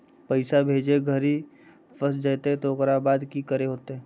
पैसा भेजे घरी फस जयते तो ओकर बाद की करे होते?